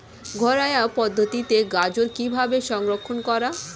ঘরোয়া পদ্ধতিতে গাজর কিভাবে সংরক্ষণ করা?